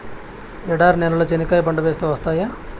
ఎడారి నేలలో చెనక్కాయ పంట వేస్తే వస్తాయా?